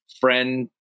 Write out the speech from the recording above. friend